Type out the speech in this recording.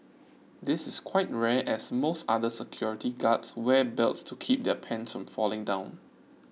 this is quite rare as most other security guards wear belts to keep their pants from falling down